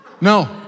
No